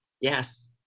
Yes